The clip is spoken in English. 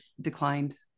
declined